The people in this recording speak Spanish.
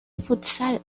futsal